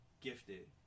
gifted